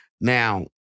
Now